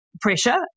pressure